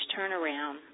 turnaround